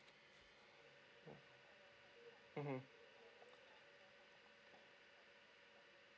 mmhmm